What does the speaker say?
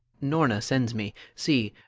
norna sends me see,